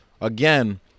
again